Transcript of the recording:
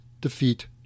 defeat